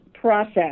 process